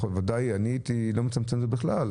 אני לא הייתי מצמצם את זה בכלל,